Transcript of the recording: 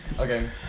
Okay